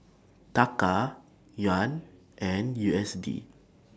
Taka Yuan and U S D